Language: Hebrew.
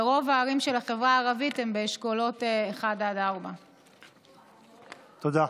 ורוב הערים של החברה הערבית הן באשכולות 1 4. תודה.